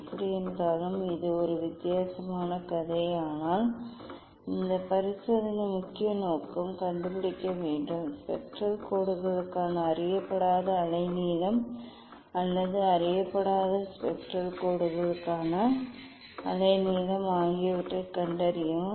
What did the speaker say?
எப்படியிருந்தாலும் இது ஒரு வித்தியாசமான கதை ஆனால் இந்த பரிசோதனையின் முக்கிய நோக்கம் கண்டுபிடிக்க வேண்டும் ஸ்பெக்ட்ரல் கோடுகளுக்கான அறியப்படாத அலைநீளம் அல்லது அறியப்படாத ஸ்பெக்ட்ரல் கோடுகளுக்கான அலைநீளம் ஆகியவற்றைக் கண்டறியவும்